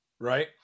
Right